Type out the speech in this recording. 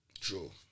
True